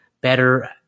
better